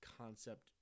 concept